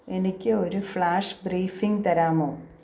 എനിക്ക് ഒരു flash briefing തരാമോ